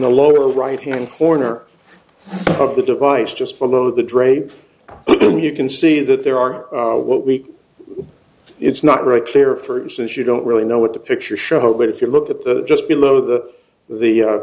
the lower right hand corner of the device just below the drape you can see that there are what we do it's not really clear since you don't really know what the pictures show but if you look at the just below the the